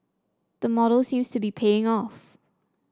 the model seems to be paying off